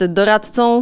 doradcą